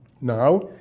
Now